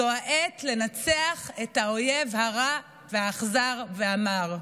זו העת לנצח את האויב הרע והאכזר והמר.